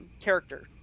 character